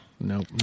Nope